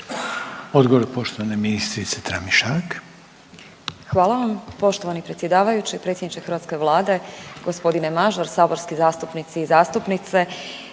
Odgovor poštovane ministrice Tramišak. **Tramišak, Nataša (HDZ)** Hvala vam poštovani predsjedavajući i predsjedniče hrvatske Vlade, g. Mažar, saborski zastupnici i zastupnice.